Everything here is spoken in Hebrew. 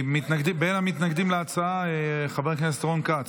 בין המתנגדים להצעה, חבר הכנסת רון כץ.